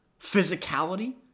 physicality